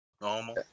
Normal